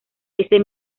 ese